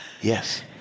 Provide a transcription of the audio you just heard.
Yes